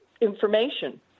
information